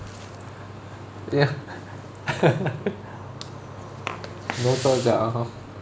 ya no choice ah (uh huh)